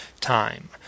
time